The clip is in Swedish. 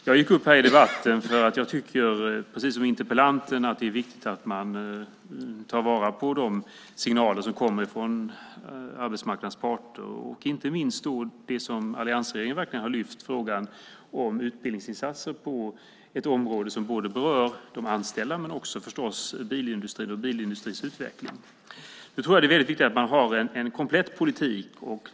Jag gick upp i debatten för att jag, precis som interpellanten, tycker att det är viktigt att man tar vara på de signaler som kommer från arbetsmarknadens parter. Det gäller inte minst frågan som alliansregeringen har lyft upp om utbildningsinsatser på ett område som berör de anställda men förstås också bilindustrin och bilindustrins utveckling. Det är viktigt att man har en komplett politik.